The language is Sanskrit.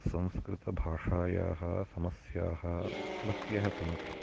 संस्कृतभाषायाः समस्याः बह्व्यः सन्ति